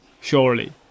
surely